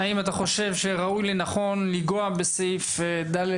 האם אתה חושב שראוי לנכון לנגוע בסעיף (ד),